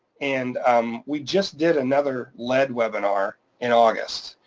and um we just did another lead webinar in august,